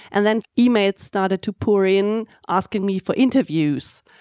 and then emails started to pour in asking me for interviews,